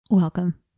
Welcome